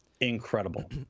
incredible